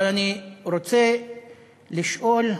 אבל אני רוצה לשאול,